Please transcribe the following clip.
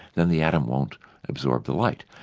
then the atom won't absorb the light.